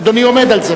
אדוני עומד על זה,